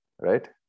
Right